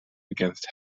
against